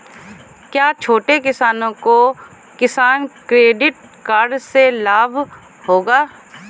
क्या छोटे किसानों को किसान क्रेडिट कार्ड से लाभ होगा?